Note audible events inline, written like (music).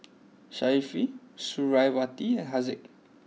(unintelligible) Suriawati and Haziq